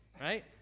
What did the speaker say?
Right